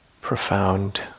profound